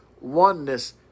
oneness